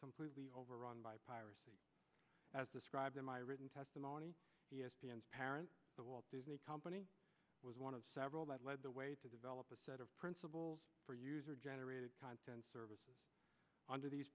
completely overrun by piracy as described in my written testimony e s p n s parent the walt disney company was one of several that led the way to develop a set of principles for user generated content service under these